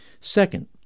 Second